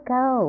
go